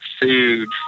food